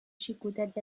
xicotet